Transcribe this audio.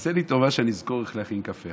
תעשה לי טובה, שאני אזכור איך להכין קפה.